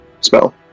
spell